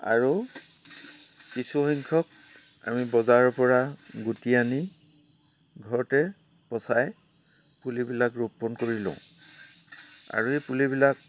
আৰু কিছুসংখ্যক আমি বজাৰৰ পৰা গুটি আনি ঘৰতে পচাই পুলিবিলাক ৰোপন কৰি লওঁ আৰু এই পুলিবিলাক